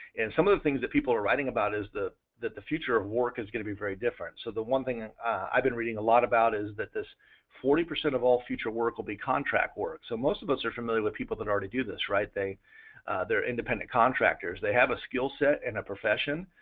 and some of the things that people are writing about is that that the future of work is going to be very different. so the one thing i've been reading a lot about is that this forty percent of all future work will be contract work. so most of us are familiar with people that already do this, right? they they are independent contractors, they have a skill set in a profession.